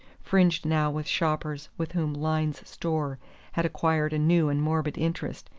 fringed now with shoppers with whom lyne's store had acquired a new and morbid interest,